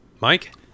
Mike